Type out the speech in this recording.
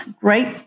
great